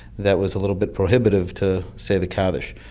that was a little bit prohibitive to say the kaddish.